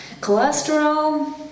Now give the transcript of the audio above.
Cholesterol